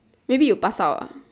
maybe you pass out ah